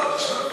לא.